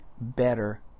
better